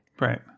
Right